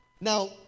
Now